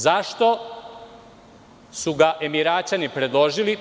Zašto su ga Emiraćani predložili?